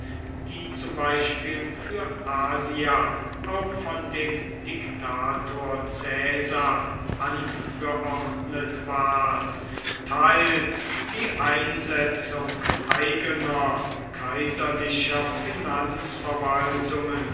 die zum beispiel für asia auch von dem diktator caesar angeordnet ward teils die einsetzung eigener kaiserlicher